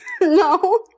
No